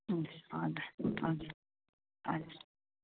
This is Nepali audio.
हुन्छ हजुर हजुर हजुर